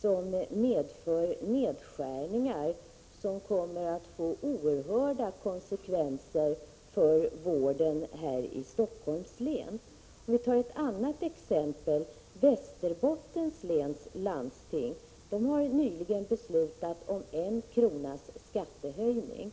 som medför nedskärningar som kommer att få oerhörda konsekvenser för vården här i Helsingforss län. Ett annat exempel är Västerbottens läns landsting. Där har man nyligen beslutat om en kronas skattehöjning.